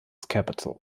capitol